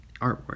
artwork